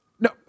No